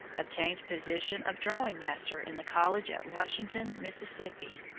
obtained position of drawing-master in the college at washington, mississippi.